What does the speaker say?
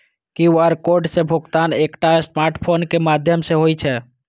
QR code सं भुगतान एकटा स्मार्टफोन के माध्यम सं होइ छै